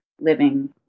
living